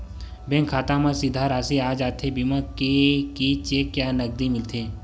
Bank खाता मा सीधा राशि आ जाथे बीमा के कि चेक या नकदी मिलथे?